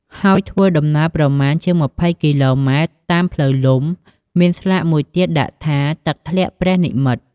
ហើយធ្វើដំណើរប្រមាណ ជាង២០គីឡូម៉ែត្រតាមផ្លូវលំ មានស្លាកមួយទៀតដាក់ថា “ទឹកធ្លាក់ព្រះនិមិត្ត”។